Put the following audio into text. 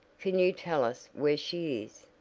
can you tell us where she is?